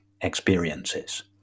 experiences